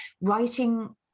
writing